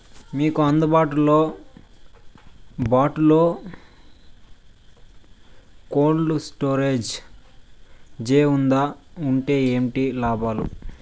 మీకు అందుబాటులో బాటులో కోల్డ్ స్టోరేజ్ జే వుందా వుంటే ఏంటి లాభాలు?